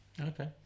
Okay